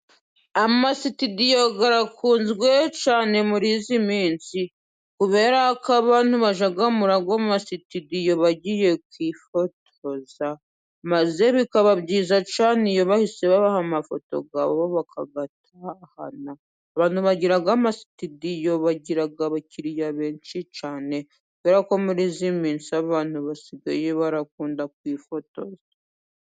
Amasitidiyo arakunzwe cyane muri iyi minsi kubera ko abantu bajya muri ayo masitidiyo bagiye kwifotoza, maze bikaba byiza cyane iyo bahise babaha amafoto yabo bakayatahana. Abantu bagira amasitidiyo bagira abakiriya benshi cyane kubera ko muri iyi minsi abantu basigaye bakunda kwifotoza.